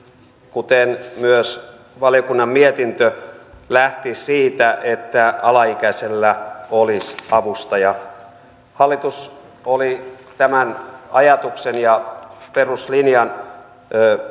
kuten myös valiokunnan mietintö lähti siitä että alaikäisellä olisi avustaja hallitus oli tämän ajatuksen ja peruslinjan